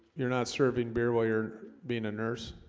you're not serving beer while you're being a nurse